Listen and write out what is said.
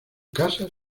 casas